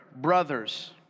brothers